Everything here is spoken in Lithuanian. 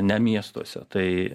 ne miestuose tai